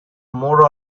more